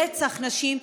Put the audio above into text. רצח נשים,